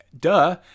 Duh